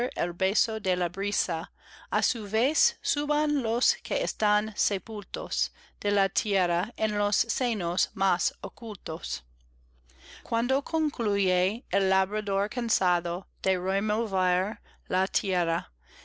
el beso de la brisa á su vez suban los que están sepultos de la tierra en los senos más ocultos cuando concluye el labrador cansado